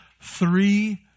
three